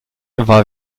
war